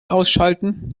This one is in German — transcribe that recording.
ausschalten